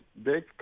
Big